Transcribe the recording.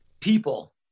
people